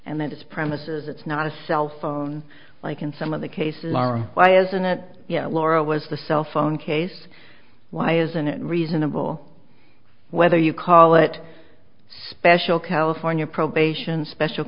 and that it's premises it's not a cell phone like in some of the cases lara why isn't it laura was the cell phone case why isn't it reasonable whether you call it special california probation special